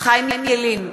חיים ילין,